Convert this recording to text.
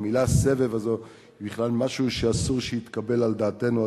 המלה הזאת "סבב" היא בכלל משהו שאסור שיתקבל על דעתנו,